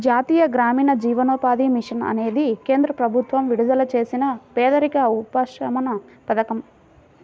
జాతీయ గ్రామీణ జీవనోపాధి మిషన్ అనేది కేంద్ర ప్రభుత్వం విడుదల చేసిన పేదరిక ఉపశమన పథకం